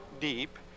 deep